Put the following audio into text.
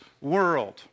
world